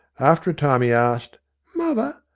after a time he asked mother,